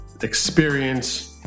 experience